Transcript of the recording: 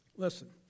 Listen